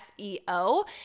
SEO